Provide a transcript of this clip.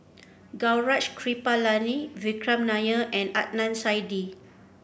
Gaurav Kripalani Vikram Nair and Adnan Saidi